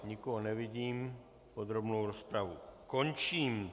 Nikoho nevidím, podrobnou rozpravu končím.